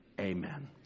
Amen